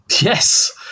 yes